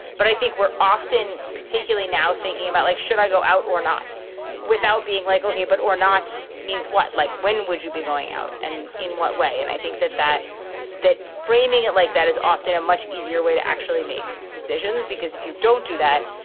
but i think we're often particularly now thinking about like, should i go out or not without being like okay but. or not means what? like when would you be going out and in what way? and i think that that that framing it like that is often a much easier way to actually make decisions. because if you don't do that,